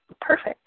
Perfect